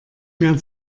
mehr